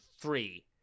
three